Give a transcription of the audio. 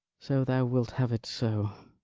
so thou wilt have it so.